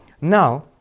Now